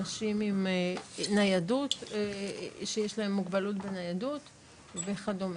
אנשים שיש להם מוגבלות בניידות וכדומה.